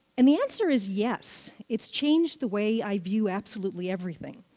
and the answer is yes. it's changed the way i view absolutely everything.